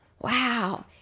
Wow